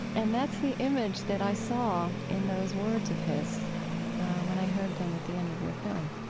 and that's the image that i saw in those words of his when i heard them at the end of your film.